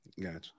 Gotcha